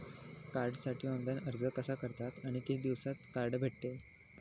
कार्डसाठी ऑनलाइन अर्ज कसा करतात आणि किती दिवसांत कार्ड भेटते?